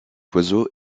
oiseau